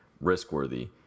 risk-worthy